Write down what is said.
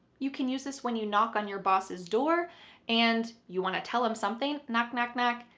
you can use this when you knock on your boss's door and you want to tell him something. knock, knock knock.